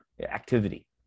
activity